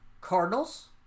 Cardinals